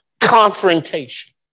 Confrontation